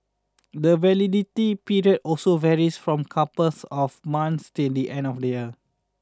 the validity period also varies from couples of months till the end of the year